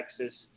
Texas